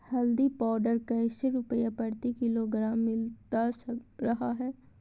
हल्दी पाउडर कैसे रुपए प्रति किलोग्राम मिलता रहा है?